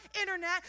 internet